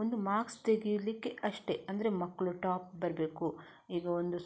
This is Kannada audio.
ಒಂದು ಮಾರ್ಕ್ಸ್ ತೆಗೀಲಿಕ್ಕೆ ಅಷ್ಟೇ ಅಂದರೆ ಮಕ್ಕಳು ಟಾಪ್ ಬರಬೇಕು ಈಗ ಒಂದು